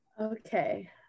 Okay